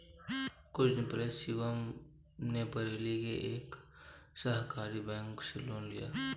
कुछ दिन पहले शिवम ने बरेली के एक सहकारी बैंक से लोन लिया